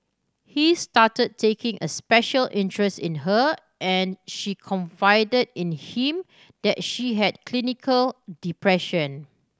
he started taking a special interest in her and she confided in him that she had clinical depression